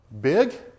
Big